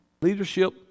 Leadership